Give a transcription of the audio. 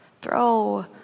throw